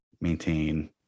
maintain